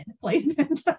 placement